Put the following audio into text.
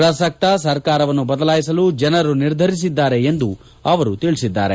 ಪ್ರಸಕ್ತ ಸರ್ಕಾರವನ್ನು ಬದಲಾಯಿಸಲು ಜನರು ನಿರ್ಧರಿಸಿದ್ದಾರೆ ಎಂದು ತಿಳಿಸಿದರು